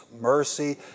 mercy